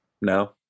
No